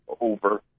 over